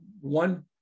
one